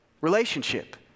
Relationship